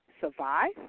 survive